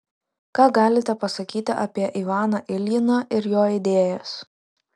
ką galite pasakyti apie ivaną iljiną ir jo idėjas